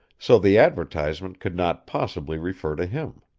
so the advertisement could not possibly refer to him.